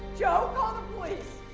joe call